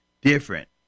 different